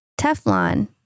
Teflon